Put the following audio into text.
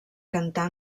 cantar